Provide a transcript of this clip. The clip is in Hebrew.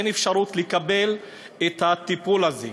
אין אפשרות לקבל את הטיפול הזה.